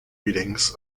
readings